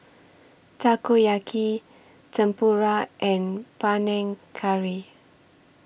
Takoyaki Tempura and Panang Curry